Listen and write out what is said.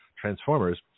transformers